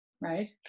right